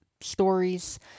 stories